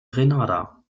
grenada